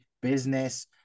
business